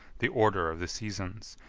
the order of the seasons,